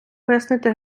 пояснити